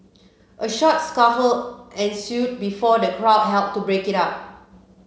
a short scuffle ensued before the crowd helped to break it up